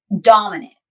dominant